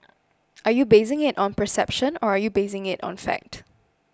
are you basing it on perception or are you basing it on fact